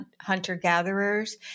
hunter-gatherers